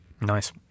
Nice